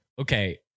okay